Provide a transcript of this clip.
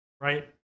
right